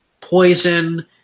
poison